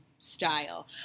style